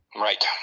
right